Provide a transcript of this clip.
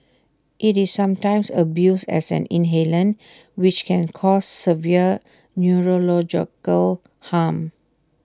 IT is sometimes abused as an inhalant which can cause severe neurological harm